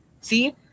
See